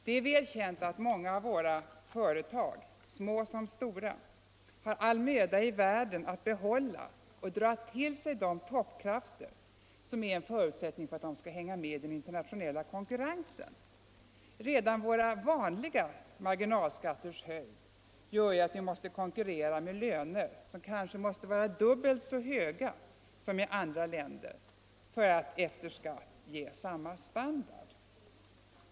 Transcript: Det är väl känt att många av våra företag — små som stora — har all möda i världen att behålla och dra till sig de toppkrafter som är en förutsättning för att de skall hänga med i den internationella konkurrensen. Redan våra vanliga marginalskatters höjd gör ju att vi måste konkurrera med löner som kanske måste vara dubbelt så höga som i andra länder för att efter skatt ge samma standard.